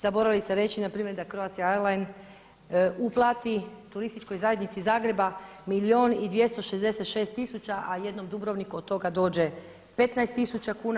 Zaboravili ste reći da npr. Croatia Airlines uplati Turističkoj zajednici Zagreba 1 milijun i 266 tisuća a jednom Dubrovniku od toga dođe 15 tisuća kuna.